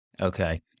Okay